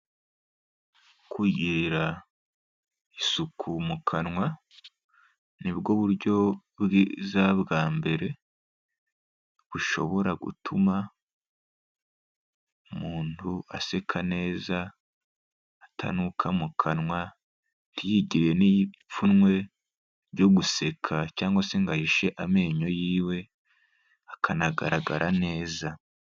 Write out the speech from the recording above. Kugirira isuku mu kanwa ni bwo buryo bwiza bwa mbere bushobora gutuma umuntu aseka neza atanuka mu kanwa, ntiyigirire n'ipfunwe ryo guseka cyangwa se ngo ahishe amenyo yiwe, akanagaragara neza.